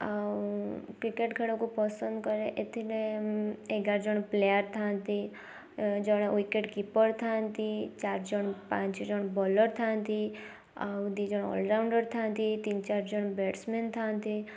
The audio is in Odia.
ଆଉ କ୍ରିକେଟ୍ ଖେଳକୁ ପସନ୍ଦ କରେ ଏଥିରେ ଏଗାର ଜଣ ପ୍ଲେୟାର୍ ଥାନ୍ତି ଜଣେ ଉଇକେଟ୍ କିପର୍ ଥାଆନ୍ତି ଚାରିଜଣ ପାଞ୍ଚଜଣ ବୋଲର୍ ଥାଆନ୍ତି ଆଉ ଦୁଇ ଜଣ ଅଲରାଉଣ୍ଡର୍ ଥାନ୍ତି ତିନି ଚାରିଜଣ ବ୍ୟାଟ୍ସମ୍ୟାନ୍ ଥାନ୍ତି